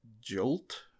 jolt